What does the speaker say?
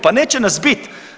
Pa neće nas bit.